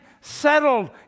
settled